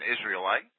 Israelite